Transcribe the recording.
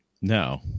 No